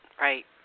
Right